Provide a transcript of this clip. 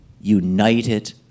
united